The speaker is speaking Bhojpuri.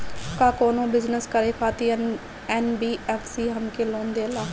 का कौनो बिजनस करे खातिर एन.बी.एफ.सी हमके लोन देला?